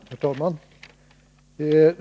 Herr talman!